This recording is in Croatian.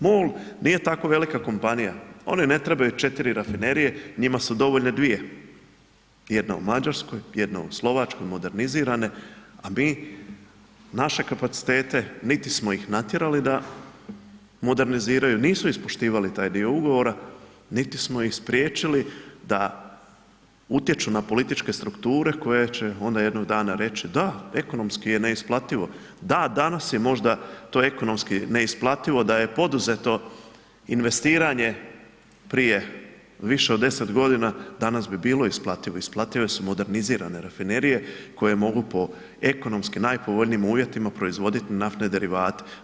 MOL nije tako velika kampanja, oni ne trebaju 4 rafinerije, njima su dovoljne dvije, jedna u Mađarskoj, jedna u Slovačkoj, modernizirane a mi naše kapacitete niti smo ih natjerali da moderniziraju, nisu ispoštivali taj dio ugovora niti smo ih spriječili da utječu na političke strukture koje će onda jednog dana reći, da, ekonomski je neisplativo, da, danas je možda to ekonomski neisplativo da je poduzeto investiranje prije više od 10 godina, danas bi bilo isplativo, isplative su modernizirane rafinerije koje mogu po ekonomski najpovoljnijim uvjetima proizvoditi naftne derivate.